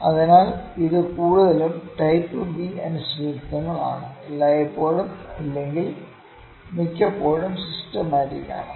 അതിനാൽ ഇത് കൂടുതലും ടൈപ്പ് ബി അനിശ്ചിതത്വമാണ് എല്ലായ്പ്പോഴും ഇല്ലെങ്കിൽ മിക്കപ്പോഴും സിസ്റ്റമാറ്റിക് ആണ്